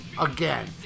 again